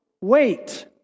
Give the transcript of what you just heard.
wait